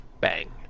Bang